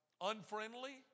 unfriendly